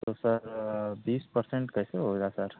तो सर बीस परसेंट कैसे होएगा सर